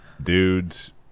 dudes